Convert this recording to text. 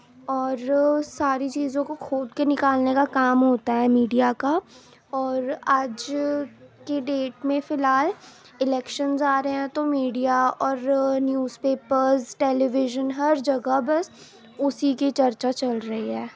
اور ساری چیزوں کو کھود کے نکالنے کا کام ہوتا ہے میڈیا کا اور آج کی ڈیٹ میں فی الحال الیکشنس آ رہے ہیں تو میڈیا اور نیوز پیپرس ٹیلی ویژن ہر جگہ بس اسی کی چرچا چل رہی ہے